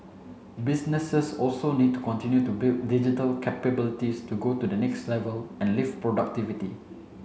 businesses also need to continue to build digital capabilities to go to the next level and lift productivity